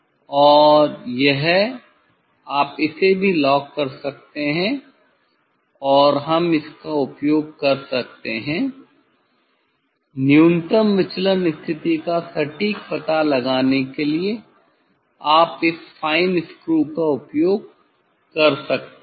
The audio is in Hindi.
और यह आप इसे भी लॉक कर सकतें है और हम इसका उपयोग कर सकते हैं न्यूनतम विचलन स्थिति का सटीक पता लगाने के लिए आप इस फाइन स्क्रू का उपयोग कर सकते हैं